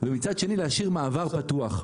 ומצד שני להשאיר מעבר פתוח.